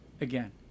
again